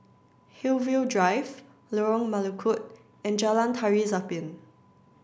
Hillview Drive Lorong Melukut and Jalan Tari Zapin